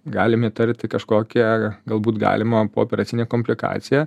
galim įtarti kažkokią galbūt galimą pooperacinę komplikaciją